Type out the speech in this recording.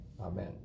Amen